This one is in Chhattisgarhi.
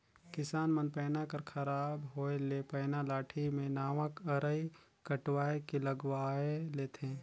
किसान मन पैना कर खराब होए ले पैना लाठी मे नावा अरई कटवाए के लगवाए लेथे